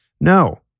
No